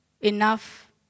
enough